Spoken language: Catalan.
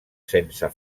sense